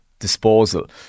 disposal